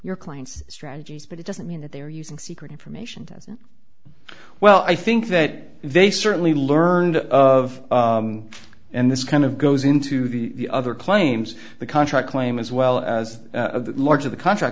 your clients strategies but it doesn't mean that they're using secret information doesn't well i think that they certainly learned of and this kind of goes into the other claims the country claim as well as the larger the contract